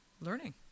learning